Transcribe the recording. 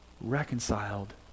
reconciled